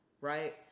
right